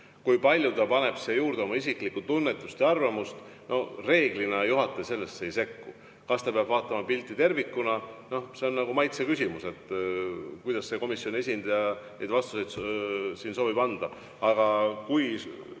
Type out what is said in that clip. Kui palju ta paneb sinna juurde oma isiklikku tunnetust ja arvamust – no reeglina juhataja sellesse ei sekku. Kas ta peab vaatama pilti tervikuna? See on nagu maitse küsimus, kuidas komisjoni esindaja neid vastuseid siin soovib anda.